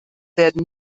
werden